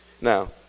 Now